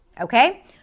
Okay